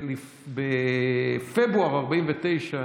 בפברואר 1949,